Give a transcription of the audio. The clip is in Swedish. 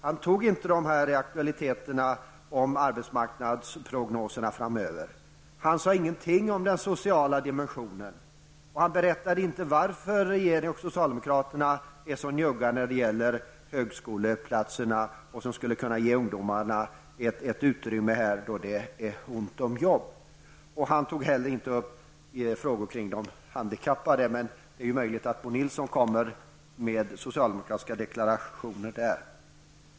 Han kommenterade ju inte aktualiteten vad gäller arbetsmarknadsprognoserna framöver. Han sade ingenting om den sociala dimensionen. Vidare talade han inte om varför regeringen och socialdemokraterna är så njugga när det gäller högskoleplatserna, som ju skulle kunna innebära ett utrymme för ungdomarna i en situation där det är ont om jobb. Inte heller tog han upp frågor som gäller de handikappade. Det är möjligt att Bo Nilsson kommer med socialdemokratiska deklarationer på dessa punkter.